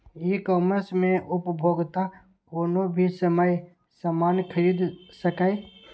ई commerce मे उपभोक्ता कोनो भी समय सामान खरीद सकैए